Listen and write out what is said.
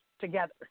together